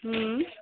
अं